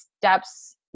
steps